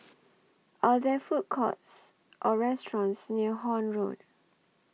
Are There Food Courts Or restaurants near Horne Road